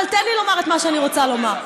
אבל תן לי לומר את מה שאני רוצה לומר.